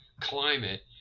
climate